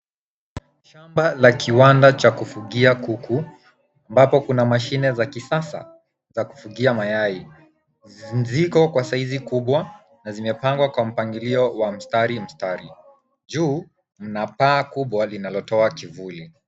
Shamba la kiwanda cha kufugia kuku ambapo kuna mashine za kisasa za kufugia mayai. Ziko kwa saizi kubwa na zimepangwa kwa mpangilio wa mstari mstari. Juu kuna paa kubwa linalotoa kivuli.